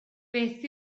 beth